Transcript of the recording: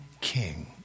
king